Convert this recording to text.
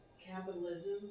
capitalism